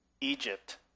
Egypt